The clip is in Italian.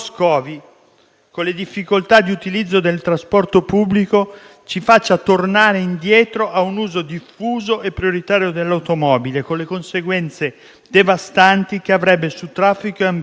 con le difficoltà di utilizzo del trasporto pubblico, ci faccia tornare indietro a un uso diffuso e prioritario dell'automobile, con le conseguenze devastanti che avrebbe su traffico e ambiente.